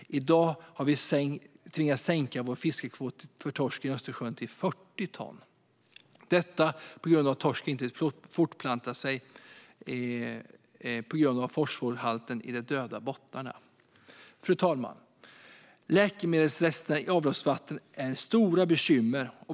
I dag har vi tvingats att sänka vår fiskekvot för torsk i Östersjön till 40 ton, eftersom torsken inte kan fortplanta sig på grund av fosforhalten i de döda bottnarna. Fru talman! Läkemedelsrester i avloppsvattnet är ett stort bekymmer.